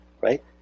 right